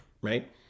right